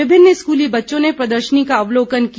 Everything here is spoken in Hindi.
विभिन्न स्कूली बच्चों ने प्रदर्शनी का अवलोकन किया